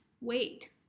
wait